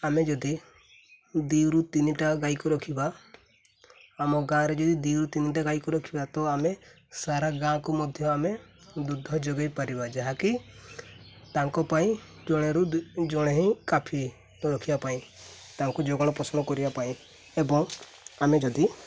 ଆମେ ଯଦି ଦୁଇରୁ ତିନିଟା ଗାଈକୁ ରଖିବା ଆମ ଗାଁରେ ଯଦି ଦୁଇରୁ ତିନିଟା ଗାଈକୁ ରଖିବା ତ ଆମେ ସାରା ଗାଁକୁ ମଧ୍ୟ ଆମେ ଦୁଧ ଯୋଗାଇ ପାରିବା ଯାହାକି ତାଙ୍କ ପାଇଁ ଜଣେରୁ ଜଣେ ହିଁ କାଫି ତ ରଖିବା ପାଇଁ ତାଙ୍କୁ ଯୋଗାଣ ପୋଷଣ କରିବା ପାଇଁ ଏବଂ ଆମେ ଯଦି